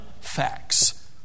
facts